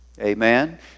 Amen